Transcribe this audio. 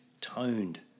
toned